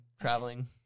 traveling